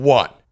one